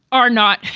are not.